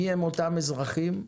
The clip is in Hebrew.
מיהם אותם אזרחים?